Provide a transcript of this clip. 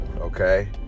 okay